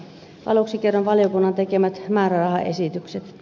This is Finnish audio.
aluksi kerron valiokunnan tekemät määrärahaesitykset